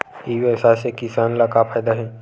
ई व्यवसाय से किसान ला का फ़ायदा हे?